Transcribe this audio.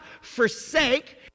forsake